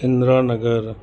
Indira Nagar